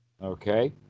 Okay